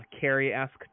Carrie-esque